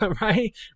right